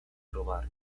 robar